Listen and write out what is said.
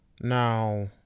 Now